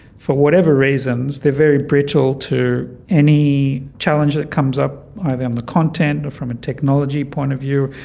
for whatever reasons, they are very brittle to any challenge that comes up, either in um the content or from a technology point of view.